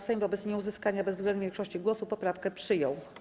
Sejm wobec nieuzyskania bezwzględnej większości głosów poprawkę przyjął.